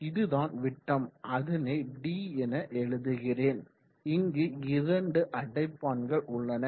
இதுதான் விட்டம் அதனை d என எழுதுகிறேன் இங்கு இரண்டு அடைப்பான்கள் உள்ளன